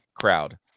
crowd